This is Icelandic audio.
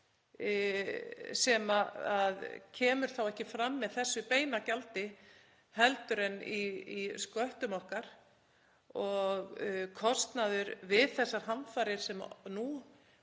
sem kemur þá ekki fram með þessu beina gjaldi heldur í sköttum okkar. Kostnað við þessar hamfarir sem nú